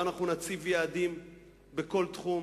ואנחנו נציב יעדים בכל תחום,